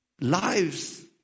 lives